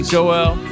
Joel